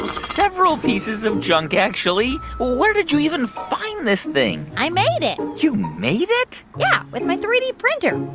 several pieces of junk, actually. where did you even find this thing? thing? i made it you made it? yeah, with my three d printer.